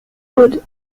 wood